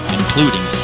including